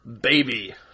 Baby